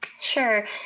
Sure